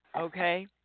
okay